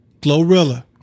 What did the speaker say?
Glorilla